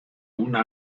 una